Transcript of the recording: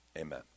amen